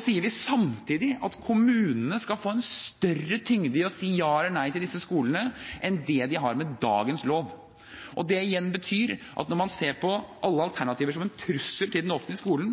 sier samtidig at kommunene skal få en større tyngde til å si ja eller nei til disse skolene enn det de har med dagens lov. Det igjen betyr at når man ser på alle alternativer som en trussel mot den offentlige skolen,